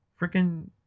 freaking